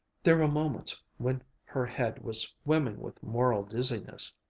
there were moments when her head was swimming with moral dizziness.